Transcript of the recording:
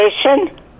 station